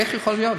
איך יכול להיות?